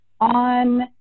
on